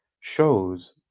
shows